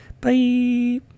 Bye